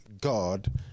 God